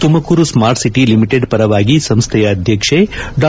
Tumakuru smart city limited ಪರವಾಗಿ ಸಂಸ್ಡೆಯ ಅಧ್ಯಕ್ಷೆ ಡಾ